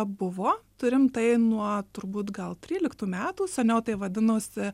buvo turim tai nuo turbūt gal tryliktų metų seniau tai vadinosi